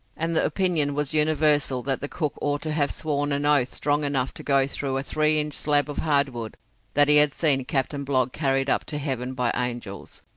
and the opinion was universal that the cook ought to have sworn an oath strong enough to go through a three-inch slab of hardwood that he had seen captain blogg carried up to heaven by angels,